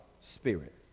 Spirit